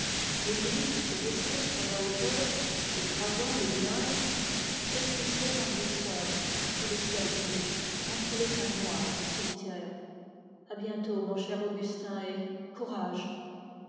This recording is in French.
l'église dressée sur la hauteur s'esquissait en gris sombre sur le ciel gris entre les pins noirs du cimetière à bientôt mon cher augustin et courage